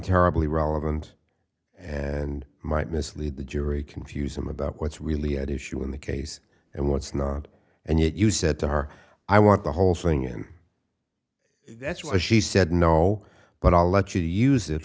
terribly relevant and might mislead the jury confuse them about what's really at issue in the case and what's not and yet you said to her i want the whole thing and that's why she said no but i'll let you use it